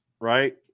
right